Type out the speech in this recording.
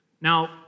Now